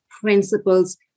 Principles